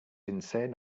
insane